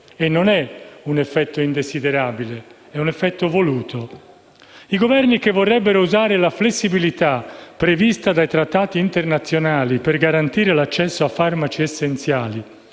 Non è un effetto indesiderato, ma voluto. I Governi che vorrebbero usare la flessibilità prevista dai trattati internazionali per garantire l'accesso a farmaci essenziali,